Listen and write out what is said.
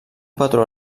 patró